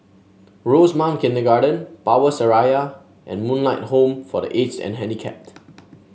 Rosemount Kindergarten Power Seraya and Moonlight Home for The Aged and Handicapped